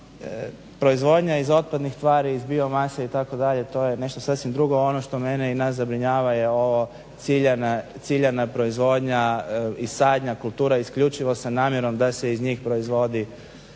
proizvodnja iz otpadnih tvari iz biomase itd. to je nešto sasvim drugo. Ono što mene i nas zabrinjava je ovo ciljana proizvodnja i sadnja kultura isključivo sa namjerom da se iz njih proizvodi